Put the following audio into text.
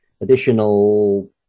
additional